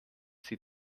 sie